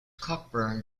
cockburn